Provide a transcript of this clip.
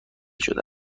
شده